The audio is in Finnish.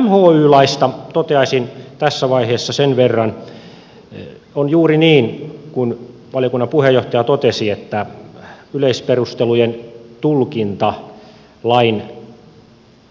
mhy laista toteaisin tässä vaiheessa sen verran että on juuri niin kuin valiokunnan puheenjohtaja totesi että yleisperustelujen tulkinta lain